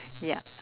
ya